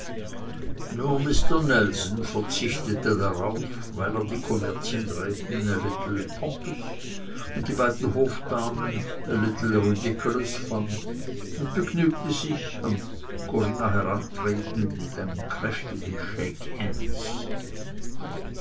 nur mister nelson verzichtete darauf weil er die kommerzienrätin a little pompous und die beiden hofdamen a little ridiculous fand und begnügte sich an corinna herantretend mit einem kräftigen